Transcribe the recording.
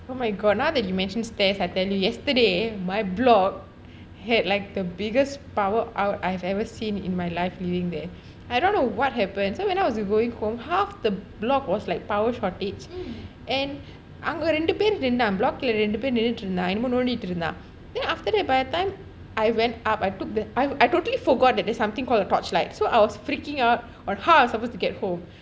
oh my god now that you mention stairs I tell you yesterday my block had like the biggest power out I've ever seen in my life living there I don't know what happen so when I was going home half the block was like power shortage and அங்க இரண்டு பேரு நின்றான்:anga irandu peru ninraan block கீழ இரண்டு பேரு நிண்டுகிட்டு இருந்தான் என்னமோ நோண்டிகிட்டு இருந்தான்:keela irandu peru nindukittu irunthaan ennamo mondikittu irunthaan and after that by the time I went up I took I I totally forgot there's something called a torchlight so I was freaking out on how I was supposed to get home